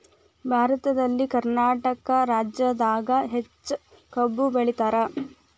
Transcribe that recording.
ಭಾರತದಲ್ಲಿ ಕರ್ನಾಟಕ ರಾಜ್ಯದಾಗ ಹೆಚ್ಚ ಕಬ್ಬ್ ಬೆಳಿತಾರ